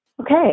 okay